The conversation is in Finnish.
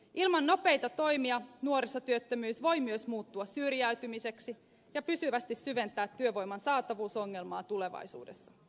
ilman nopeita toimia nuorisotyöttömyys voi myös muuttua syrjäytymiseksi ja pysyvästi syventää työvoiman saatavuusongelmaa tulevaisuudessa